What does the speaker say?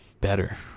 better